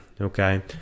okay